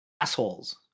Assholes